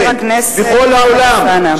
בכל העולם,